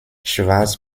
schwarz